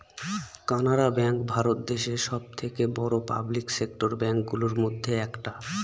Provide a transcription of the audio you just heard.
Canara bank Bharat দেশে সব থেকে বড়ো পাবলিক সেক্টর ব্যাঙ্ক গুলোর মধ্যে একটা